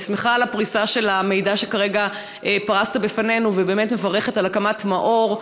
אני שמחה על הפריסה של המידע שכרגע פרסת בפנינו ומברכת על הקמת מאו"ר,